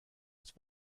ist